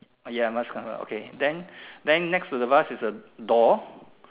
ya must cover okay then then next to the vase is a door